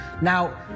Now